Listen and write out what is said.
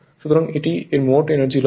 সুতরাং এটি এর মোট এনার্জি লস